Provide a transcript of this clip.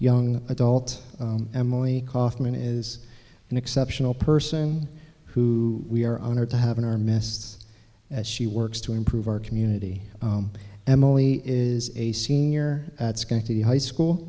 young adult emily kaufman is an exceptional person who we are honored to have in our mess as she works to improve our community emilie is a senior at schenectady high school